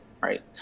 right